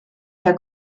der